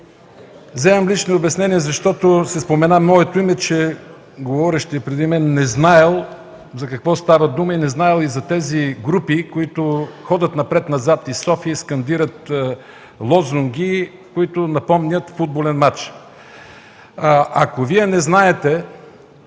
за лично обяснение, защото се спомена моето име. Говорещият преди мен не знаел за какво става дума, не знаел за групите, които ходят напред-назад из София и скандират лозунги, като напомнят футболен мач. Ако Вие не знаете,